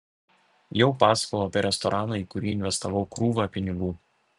jau pasakojau apie restoraną į kurį investavau krūvą pinigų